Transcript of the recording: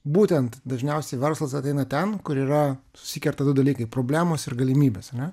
būtent dažniausiai verslas ateina ten kur yra susikerta du dalykai problemos ir galimybės ane